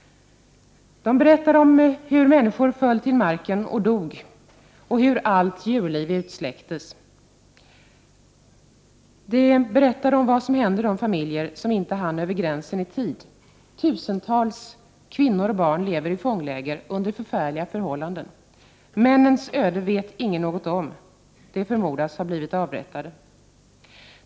De berättade om hur människor föll till marken och dog, och hur allt djurliv utsläcktes. De berättade om vad som hände de familjer som inte hann över gränsen i tid: tusentals kvinnor och barn lever i fångläger under förfärliga förhållanden. Männens öde vet ingen något om. De förmodas ha blivit avrättade.